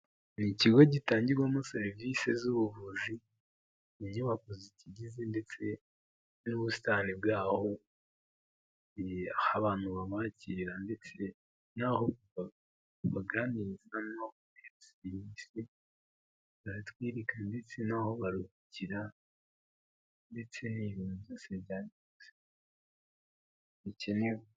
Ni ikigo gitangirwamo serivisi z'ubuvuzi, inyubako zikigize ndetse n'ubusitani bwaho, aho abantu babakirira ndetse naho babaganiriza, baratwereka ndetse n'aho baruhukira ndetse n'ibintu byose bikenerwa.